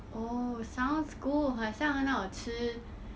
oh sounds cool 好像很好吃